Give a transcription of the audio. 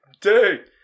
Dude